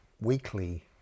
weekly